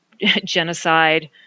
genocide